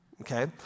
okay